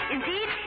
Indeed